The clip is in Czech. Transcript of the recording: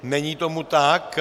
Není tomu tak.